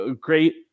great